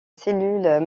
cellules